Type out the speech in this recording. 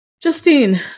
Justine